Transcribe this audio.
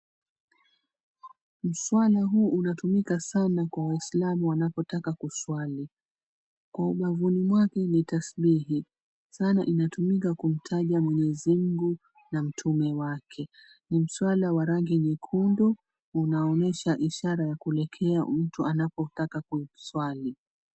Mswala huu unatumika sana kwa waislamu wanapotaka kuswali. Kwa ubavuni mwake ni tasmihi, sana inatumika kumtaja Mwenyezi Mungu na mtume wake. Ni mswala wa rangi nyekundu, unaonyesha ishara ya kuelekea mtu anapotaka kuswali.